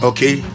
Okay